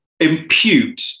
Impute